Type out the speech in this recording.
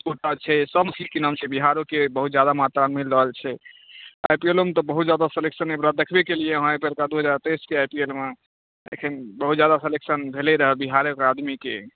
sport quota छै सब की नाम छै बिहारोके बहुत जादा मात्रामे मिल रहल छै आइपीएलोमे तऽ बहुत जादा सेलेक्शन एहिबेरा देखबे केलियै हँ एहिबेर का दू हजार तेइस के आइपीएलमे अखनि बहुत जादा सेलेक्शन भेलै रहए बिहारके आदमीके